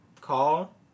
call